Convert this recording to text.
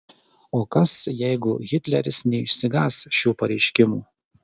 o kas jeigu hitleris neišsigąs šių pareiškimų